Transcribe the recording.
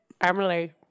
Emily